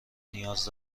نیاز